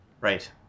right